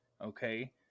Okay